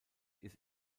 ist